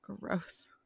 Gross